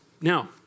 Now